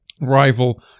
rival